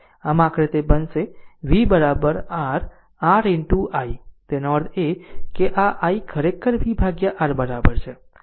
આમ આખરે તે બનશે v બરાબર r R into i તેનો અર્થ એ કે આ i ખરેખર v R બરાબર છે